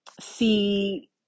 see